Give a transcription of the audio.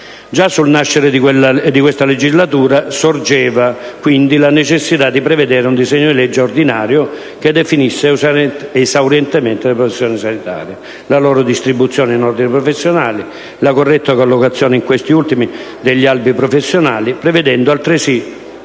Già sul nascere di questa legislatura sorgeva, quindi, la necessità di prevedere un disegno di legge ordinario che definisse esaurientemente le professioni sanitarie, la loro distribuzione in ordini professionali e la corretta collocazione in questi ultimi degli albi professionali, prevedendo altresì